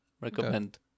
Recommend